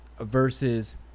versus